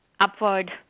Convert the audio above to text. upward